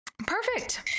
perfect